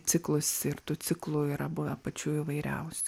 ciklus ir tų ciklų yra buvę pačių geriausia